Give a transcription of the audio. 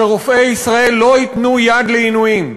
שרופאי ישראל לא ייתנו יד לעינויים,